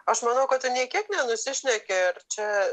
aš manau kad tu nė kiek nenusišneki ir čia